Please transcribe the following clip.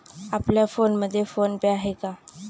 आपल्या फोनमध्ये PhonePe आहे का?